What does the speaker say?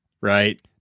right